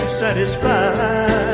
satisfied